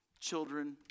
children